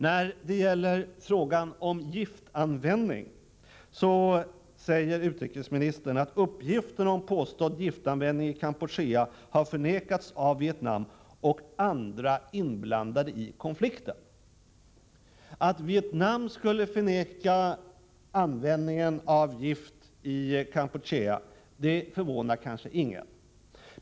När det gäller frågan om giftanvändning säger utrikesministern: ”Uppgifter om påstådd giftanvändning i Kampuchea har förnekats av Vietnam och andra inblandade i konflikten.” Att Vietnamn skulle förneka användningen av gift i Kampuchea förvånar kanske ingen.